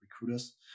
recruiters